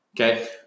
Okay